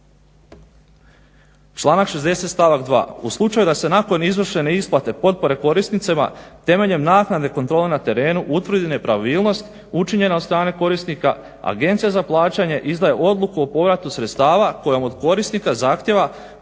Članak 60. stavak 2. u slučaju da se nakon izvršene isplate potpore korisnicima temeljem naknadne kontrole na terenu utvrdi nepravilnost učinjena od strane korisnika, agencija za plaćanje izdaje odluku o povratu sredstava kojom od korisnika zahtjeva povrat